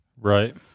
right